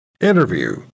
Interview